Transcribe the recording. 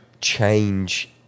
change